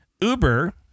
Uber